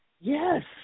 Yes